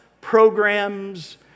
programs